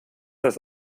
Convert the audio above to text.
das